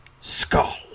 skull